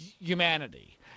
humanity